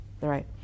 right